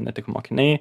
ne tik mokiniai